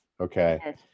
Okay